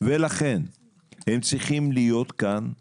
וילדה במדינת